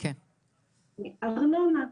ארנונה.